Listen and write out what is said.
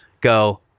go